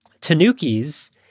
tanukis